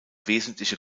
wesentliche